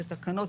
שתקנות,